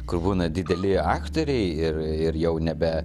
kur būna dideli aktoriai ir ir jau nebe